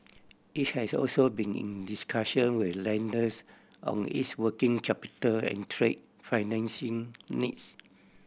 it has also been in discussion with lenders on its working capital and trade financing needs